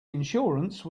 insurance